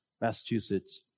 Massachusetts